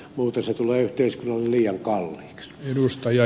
muuten se tulee yhteiskunnalle liian kalliiksi